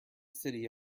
city